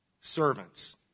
Servants